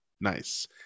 nice